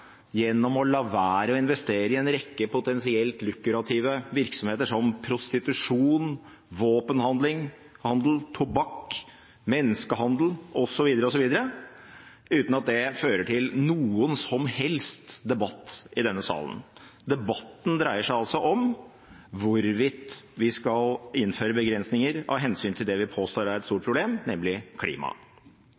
gjennom å la være å investere i en rekke potensielt lukrative virksomheter som prostitusjon, våpenhandel, tobakksindustri, menneskehandel osv., osv., uten at det fører til noen som helst debatt i denne salen. Debatten dreier seg altså om hvorvidt vi skal innføre begrensninger av hensyn til det vi påstår er et stort